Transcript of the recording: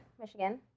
Michigan